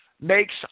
makes